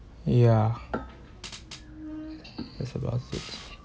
ya that's about it